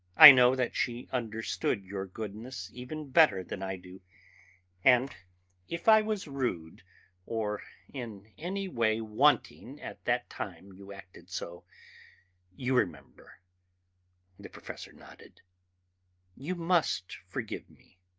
i know that she understood your goodness even better than i do and if i was rude or in any way wanting at that time you acted so you remember the professor nodded you must forgive me.